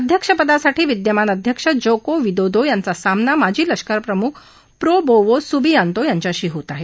अध्यक्षपदासाठी विद्यमान अध्यक्ष जोको विदोदो यांचा सामना माजी लष्करप्रमुख प्रबोवो सुवियांतो यांच्याशी होत आहे